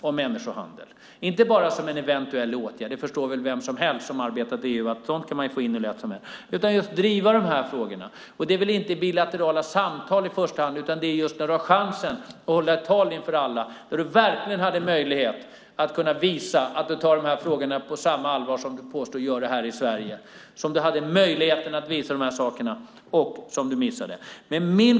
Det ska inte göras bara som en eventuell åtgärd - vem som helst som har arbetat i EU vet att sådant kan man få in hur lätt som helst - utan man ska verkligen driva dessa frågor. Det är inte bilaterala samtal som gäller i första hand, Beatrice Ask, utan nu hade du chansen att hålla ett tal inför alla där du verkligen hade möjlighet att visa att du tar dessa frågor på samma allvar som du påstår dig göra här i Sverige. Du hade möjlighet att visa detta men missade det.